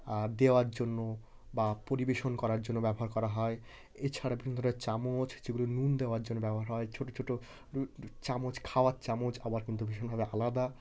আর দেওয়ার জন্য বা পরিবেশন করার জন্য ব্যবহার করা হয় এছাড়া বিভিন্ন ধরনের চামচ যেগুলো নুন দেওয়ার জন্য ব্যবহার হয় ছোটো ছোটো চামচ খাওয়ার চামচ আবার কিন্তু ভীষণভাবে আলাদা